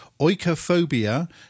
oikophobia